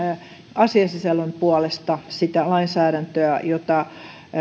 asiasisällön puolesta sitä lainsäädäntöä jota